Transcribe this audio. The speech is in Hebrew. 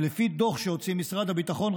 ולפי דוח שהוציא משרד הביטחון,